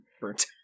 burnt